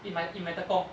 in my in my tekong